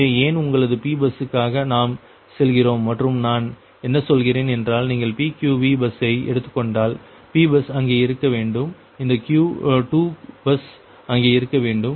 எனவே ஏன் உங்களது P பஸ்ஸுக்காக நாம் செல்கிறோம் மற்றும் நான் என்ன சொல்கிறேன் என்றால் நீங்கள் PQV பஸ்ஸை எடுத்துக்கொண்டால் P பஸ் அங்கே இருக்க வேண்டும் இந்த 2 பஸ் அங்கே இருக்க வேண்டும்